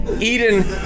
Eden